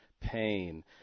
pain